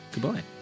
goodbye